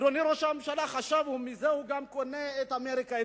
אדוני ראש הממשלה חשב שבזה הוא גם קונה את אמריקה,